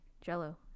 Jello